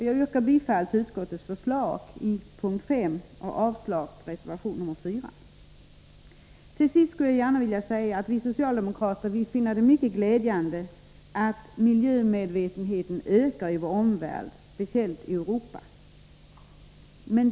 Jag yrkar bifall till utskottets Till sist vill jag gärna säga att vi socialdemokrater finner det mycket glädjande att miljömedvetenheten ökar i vår omvärld — speciellt i Europa.